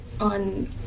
on